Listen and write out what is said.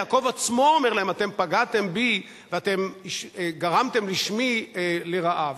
יעקב עצמו אומר להם: אתם פגעתם בי ואתם גרמתם לשמי רעה.